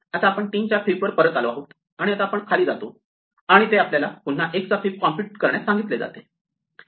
आता आपण 3 च्या फिब वर परत आलो आहोत आणि आता आपण खाली जातो आणि ते आपल्याला पुन्हा 1 चा फिब कॉम्पुट करण्यास सांगितले जाते